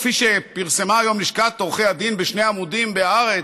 כפי שפרסמה היום לשכת עורכי הדין בשני עמודים בהארץ,